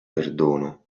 perdono